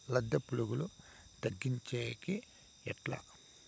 లద్దె పులుగులు తగ్గించేకి ఎట్లా?